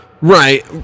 Right